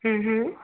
ਹਮ ਹਮ